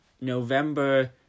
November